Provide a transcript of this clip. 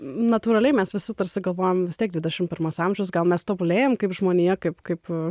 natūraliai mes visi tarsi galvojom vis tiek dvidešimt pirmas amžius gal mes tobulėjam kaip žmonija kaip kaip